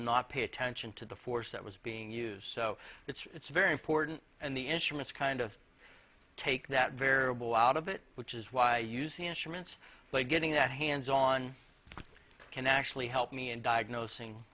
not pay attention to the force that was being used so it's very important and the instruments kind of take that variable out of it which is why you see instruments like getting that hands on can actually help me in diagnosing